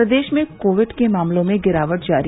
प्रदेश में कोविड के मामलों में गिरावट जारी